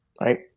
right